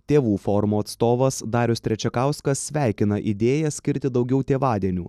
tėvų forumo atstovas darius trečiakauskas sveikina idėją skirti daugiau tėvadienių